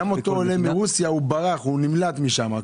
גם עולה מרוסיה ברח, נמלט משם.